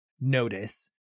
notice